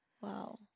Wow